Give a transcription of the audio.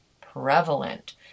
prevalent